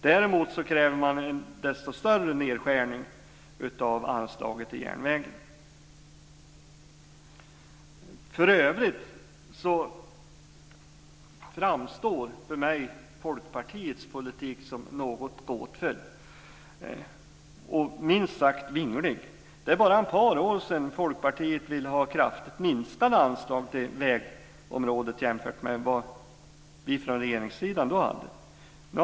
Däremot kräver man en desto större nedskärning av anslaget till järnvägen. För övrigt framstår för mig Folkpartiets politik som något gåtfull och minst sagt vinglig. Det är bara ett par år sedan som Folkpartiet ville ha kraftigt minskade anslag till vägområdet jämfört med vad vi från regeringssidan då hade.